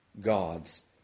God's